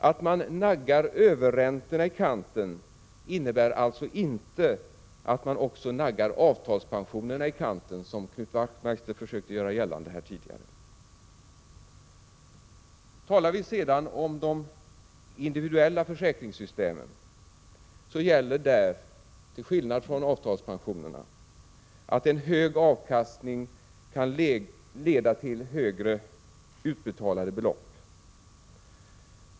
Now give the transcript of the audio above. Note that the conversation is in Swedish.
Att man naggar överräntorna i kanten innebär alltså inte att man också naggar avtalspensionerna i kanten, vilket Knut Wachtmeister försökte göra gällande här tidigare. Talar vi sedan om de individuella försäkringssystemen, så gäller där, till skillnad från avtalspensionerna, att en hög avkastning kan leda till högre utbetalade belopp.